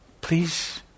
please